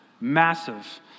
massive